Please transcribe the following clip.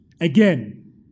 Again